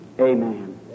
amen